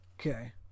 Okay